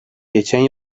geçen